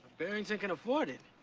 barrington can afford it.